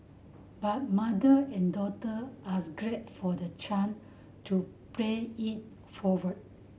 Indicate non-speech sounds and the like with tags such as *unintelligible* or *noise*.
but mother and daughter as grate for the *unintelligible* to pay it forward